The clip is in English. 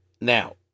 Now